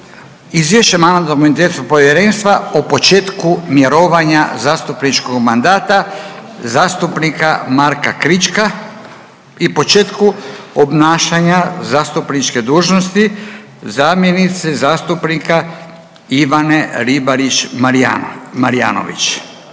povjerenstva Izvješće MIP-a o početku mirovanja zastupničkog mandata zastupnika Marka Krička i početku obnašanja zastupničke dužnosti zamjenice zastupnika Ivane Ribarić Marijanović.